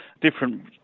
different